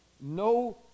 No